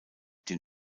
den